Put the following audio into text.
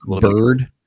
bird